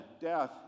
death